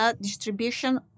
distribution